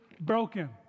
broken